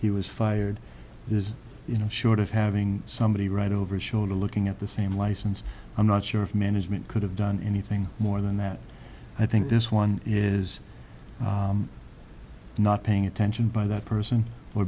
he was fired you know short of having somebody right over his shoulder looking at the same license i'm not sure if management could have done anything more than that i think this one is not paying attention by that person